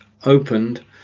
opened